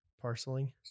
Parceling